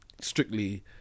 strictly